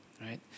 right